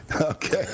Okay